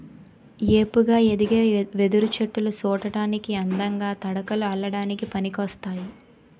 ఏపుగా ఎదిగే వెదురు చెట్టులు సూడటానికి అందంగా, తడకలు అల్లడానికి పనికోస్తాయి